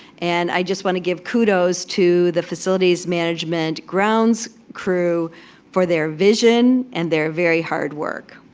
and i just want to give kudos to the facilities management grounds crew for their vision and their very hard work.